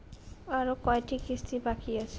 আরো কয়টা কিস্তি বাকি আছে?